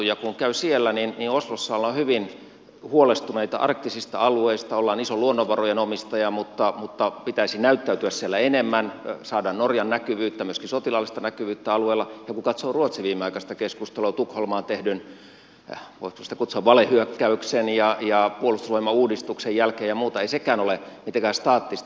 kun käy siellä niin oslossa ollaan hyvin huolestuneita arktisista alueista ollaan iso luonnonvarojen omistaja mutta pitäisi näyttäytyä siellä enemmän saada norjan näkyvyyttä myöskin sotilaallista näkyvyyttä alueella ja kun katsoo ruotsin viimeaikaista keskustelua tukholmaan tehdyn voiko sitä kutsua valehyökkäyksen ja puolustusvoimauudistuksen jälkeen ja muuta ei sekään ole mitenkään staattista